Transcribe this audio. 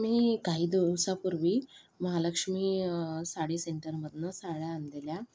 मी काही दिवसापूर्वी महालक्ष्मी साडी सेंटरमधनं साड्या आणलेल्या